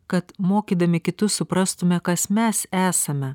kad mokydami kitus suprastume kas mes esame